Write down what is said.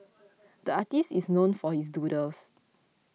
the artist is known for his doodles